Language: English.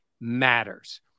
matters